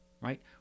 right